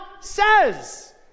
says